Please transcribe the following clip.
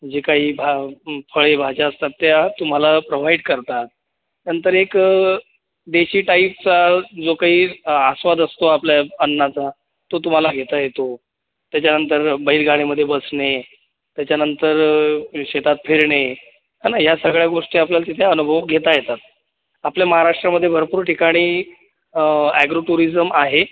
जे काही भा फळे भाज्या असतात त्या तुम्हाला प्रोव्हाईट करतात नंतर एक देशी टाईपचा जो काही आस्वाद असतो आपल्या अन्नाचा तो तुम्हाला घेता येतो त्याच्यानंतर बैलगाड्यामध्ये बसणे त्याच्यानंतर शेतात फिरणे आहे ना या सगळ्या गोष्टी आपल्याला तिथे अनुभव घेता येतात आपल्या महाराष्ट्रामध्ये भरपूर ठिकाणी अॅग्रो टुरिजम आहे